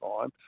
time